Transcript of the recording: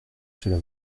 cela